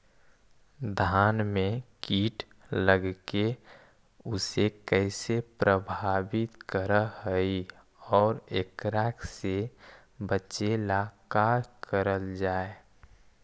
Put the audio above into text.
धान में कीट लगके उसे कैसे प्रभावित कर हई और एकरा से बचेला का करल जाए?